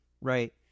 right